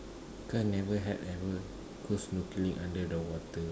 cause never had ever go snorkeling under the water